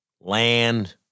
land